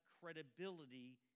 credibility